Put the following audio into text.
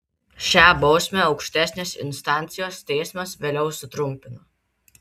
šią bausmę aukštesnės instancijos teismas vėliau sutrumpino